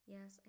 Yes